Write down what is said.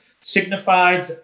Signified